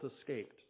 escaped